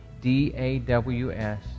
d-a-w-s